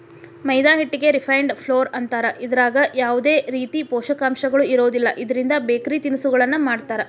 ಮೈದಾ ಹಿಟ್ಟಿಗೆ refined flour ಅಂತಾರ, ಇದ್ರಾಗ ಯಾವದೇ ರೇತಿ ಪೋಷಕಾಂಶಗಳು ಇರೋದಿಲ್ಲ, ಇದ್ರಿಂದ ಬೇಕರಿ ತಿನಿಸಗಳನ್ನ ಮಾಡ್ತಾರ